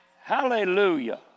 Hallelujah